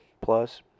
Plus